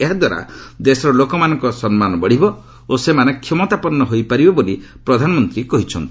ଏହାଦ୍ୱାରା ଦେଶର ଲୋକମାନଙ୍କର ସମ୍ମାନ ବଢ଼ିବ ଓ ସେମାନେ କ୍ଷମତାପନ୍ନ ହୋଇପାରିବେ ବୋଲି ପ୍ରଧାନମନ୍ତ୍ରୀ କହିଛନ୍ତି